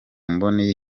mboni